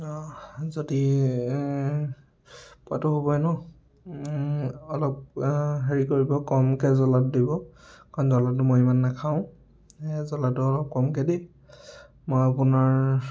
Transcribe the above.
যদি এ পোৱাটো হ'বয়ে ন' অলপ হেৰি কৰিব কমকৈ জলাটো দিব কাৰণ জলাটো মই ইমান নেখাওঁ জলাটো অলপ কমকৈ দি মই আপোনাৰ